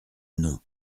nom